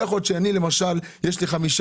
למשל, אצלי,